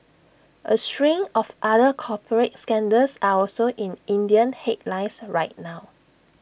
A string of other corporate scandals are also in Indian headlines right now